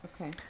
Okay